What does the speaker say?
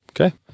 Okay